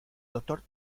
doctor